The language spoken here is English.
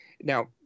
Now